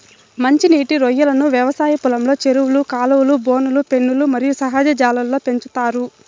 మంచి నీటి రొయ్యలను వ్యవసాయ పొలంలో, చెరువులు, కాలువలు, బోనులు, పెన్నులు మరియు సహజ జలాల్లో పెంచుతారు